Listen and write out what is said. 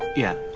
yeah